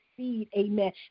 Amen